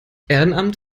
ehrenamt